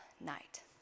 night